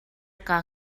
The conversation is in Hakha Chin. kaa